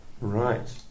Right